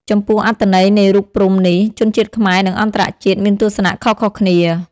ចំពោះអត្ថន័យនៃរូបព្រហ្មនេះ ជនជាតិខ្មែរនិងអន្តរជាតិមានទស្សនៈខុសៗគ្នា។